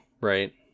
right